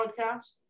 podcast